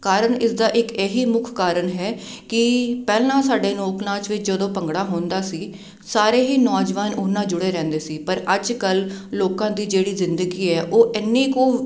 ਕਾਰਨ ਇਸਦਾ ਇੱਕ ਇਹੀ ਮੁੱਖ ਕਾਰਨ ਹੈ ਕਿ ਪਹਿਲਾਂ ਸਾਡੇ ਲੋਕ ਨਾਚ ਵਿੱਚ ਜਦੋਂ ਭੰਗੜਾ ਹੁੰਦਾ ਸੀ ਸਾਰੇ ਹੀ ਨੌਜਵਾਨ ਉਨ੍ਹਾਂ ਨਾਲ ਜੁੜੇ ਰਹਿੰਦੇ ਸੀ ਪਰ ਅੱਜ ਕੱਲ੍ਹ ਲੋਕਾਂ ਦੀ ਜਿਹੜੀ ਜ਼ਿੰਦਗੀ ਹੈ ਉਹ ਇੰਨੀ ਕੁ